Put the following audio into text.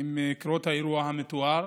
עם קרות האירוע המתואר.